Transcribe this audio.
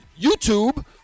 YouTube